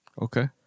Okay